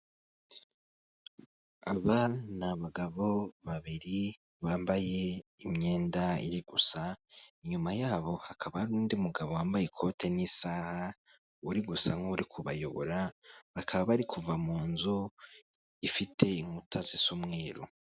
Aba ni abagabo babiri bambaye imyenda iri gusa, inyuma yabo hakaba hari undi mugabo wambaye ikote n'isaha, uri gusa nk'uri kubayobora, bakaba bari kuva mu nzu ifite inkuta zisa umweruru.